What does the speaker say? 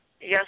yes